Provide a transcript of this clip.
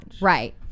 right